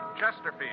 Chesterfield